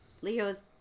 Leo's